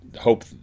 hope